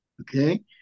Okay